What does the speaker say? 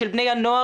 של בני הנוער,